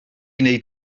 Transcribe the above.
wneud